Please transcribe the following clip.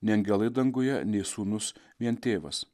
nei angelai danguje nei sūnus vien tėvas